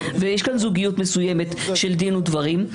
ויש כאן זוגיות מסוימת של דין ודברים.